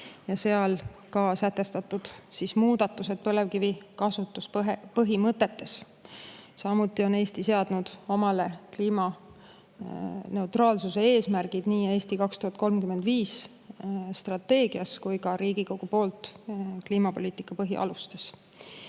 ja seal on sätestatud muudatused põlevkivi kasutuspõhimõtetes. Samuti on Eesti seadnud omale kliimaneutraalsuse eesmärgid nii "Eesti 2035" strateegias kui ka Riigikogu [heaks kiidetud] kliimapoliitika põhialustes.